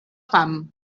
fam